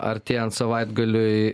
artėjant savaitgaliui